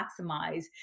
maximize